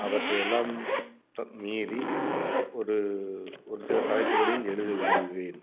அவற்றையெல்லாம் த் மீறி ஒரு ஒரு சில தலைப்புகளில் எழுத விரும்புகிறேன்